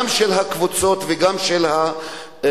גם של הקבוצות וגם של האוהדים.